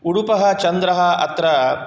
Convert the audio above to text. उडुपः चन्द्रः अत्र